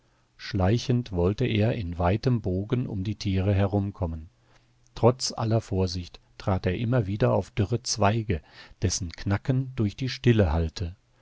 schleichend wollte er in weitem bogen um die tiere herumkommen trotz aller vorsicht trat er immer wieder auf dürre zweige dessen knacken durch die stille hallte